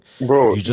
Bro